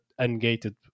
ungated